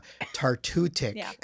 tartutic